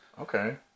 okay